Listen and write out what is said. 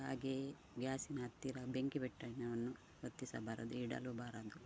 ಹಾಗೆಯೇ ಗ್ಯಾಸ್ನ ಹತ್ತಿರ ಬೆಂಕಿಪೊಟ್ಟಣವನ್ನು ಹೊತ್ತಿಸಬಾರದು ಇಡಲೂಬಾರದು